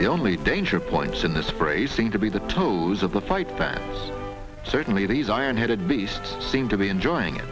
the only danger points in the spray seem to be the toes of the fight fans certainly these iron headed beast seem to be enjoying it